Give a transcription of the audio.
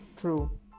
True